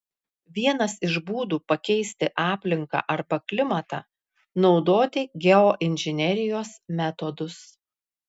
vienas iš būdų pakeisti aplinką arba klimatą naudoti geoinžinerijos metodus